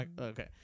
Okay